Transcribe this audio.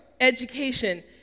education